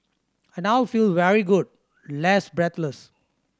I now feel very good less breathless